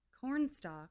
cornstalk